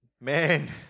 man